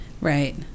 Right